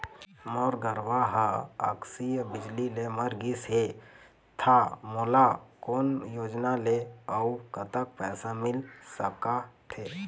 मोर गरवा हा आकसीय बिजली ले मर गिस हे था मोला कोन योजना ले अऊ कतक पैसा मिल सका थे?